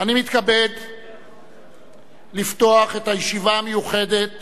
אני מתכבד לפתוח את הישיבה המיוחדת